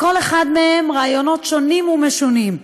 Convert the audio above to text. לכל אחד מהם רעיונות שונים ומשונים,